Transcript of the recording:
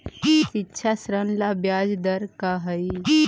शिक्षा ऋण ला ब्याज दर का हई?